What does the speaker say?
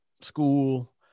school